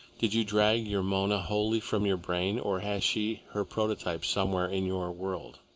did you drag your mona wholly from your brain, or has she her prototype somewhere in your world?